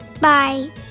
Bye